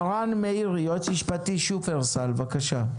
ערן מאירי, יועץ משפטי שופרסל, בבקשה.